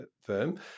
firm